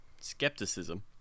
skepticism